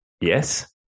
Yes